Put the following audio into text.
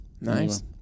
nice